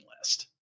list